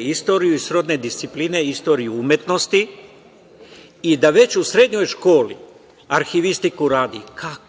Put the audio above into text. istoriju i srodne discipline i istoriju umetnosti i da već u srednjoj školi arhivistiku radi. Kako?